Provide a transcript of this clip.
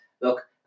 Look